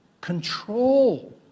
control